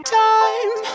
time